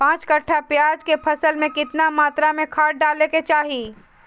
पांच कट्ठा प्याज के फसल में कितना मात्रा में खाद डाले के चाही?